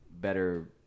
better